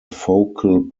focal